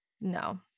No